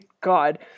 God